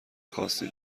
خاصی